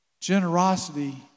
Generosity